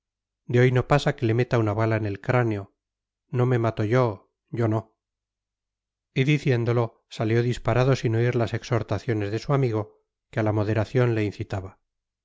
de hoy no pasa que le meta una bala en el cráneo no me mato yo yo no y diciéndolo salió disparado sin oír las exhortaciones de su amigo que a la moderación le incitaba